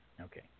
Okay